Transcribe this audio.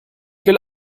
will